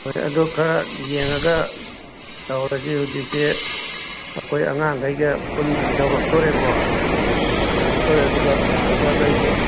ꯐꯔꯦ ꯑꯗꯣ ꯈꯔ ꯌꯦꯡꯉꯒ ꯇꯧꯔꯁꯤ ꯍꯧꯖꯤꯛꯁꯦ ꯑꯩꯈꯣꯏ ꯑꯉꯥꯡꯒꯩꯒ ꯄꯨꯟꯅ ꯌꯧꯔꯛꯇꯣꯔꯦꯀꯣ ꯌꯧꯔꯛꯇꯣꯔꯦ ꯑꯗꯨꯒ ꯂꯥꯛꯑꯒ ꯅꯪꯒꯤ